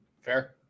Fair